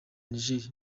niger